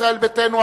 ישראל ביתנו,